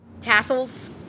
Tassels